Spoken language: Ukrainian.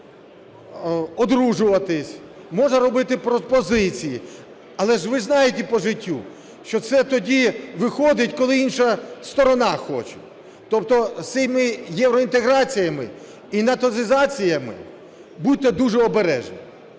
можна одружуватись, можна робити пропозиції, але ж ви знаєте по життю, що це тоді виходить, коли інша сторона хоче. Тобто з цими євроінтеграціями і натовізаціями будьте дуже обережні,